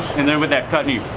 and then with that chutney,